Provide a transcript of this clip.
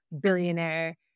billionaire